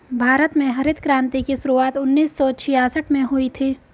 भारत में हरित क्रान्ति की शुरुआत उन्नीस सौ छियासठ में हुई थी